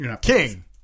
king